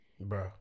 Bro